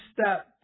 step